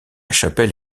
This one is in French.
chapelle